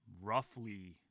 roughly